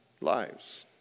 lives